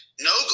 no